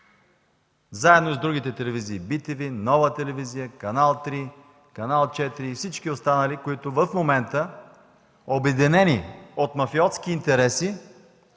заедно с другите телевизии – bTV, Нова телевизия, Канал 3, Канал 4 и всички останали, които в момента, обединени от мафиотски интереси,